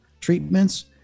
treatments